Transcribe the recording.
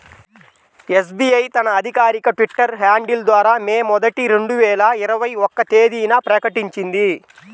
SBI తన అధికారిక Twitter handle ద్వారా మే మొదటి, రెండు వేల ఇరవై ఒక్క తేదీన ప్రకటించింది